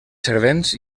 servents